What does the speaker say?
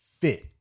fit